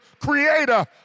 creator